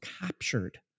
captured